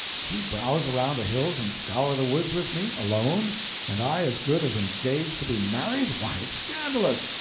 she browse around the hills and scour the woods with me alone and i as good as engaged to be married? why, it's scandalous.